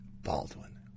Baldwin